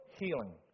healing